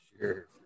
sure